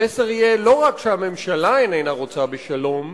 המסר יהיה: לא רק הממשלה איננה רוצה בשלום,